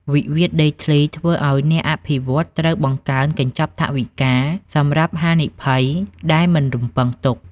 វិវាទដីធ្លីធ្វើឱ្យអ្នកអភិវឌ្ឍន៍ត្រូវបង្កើនកញ្ចប់ថវិកា សម្រាប់ហានិភ័យដែលមិនរំពឹងទុក។